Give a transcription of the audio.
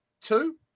two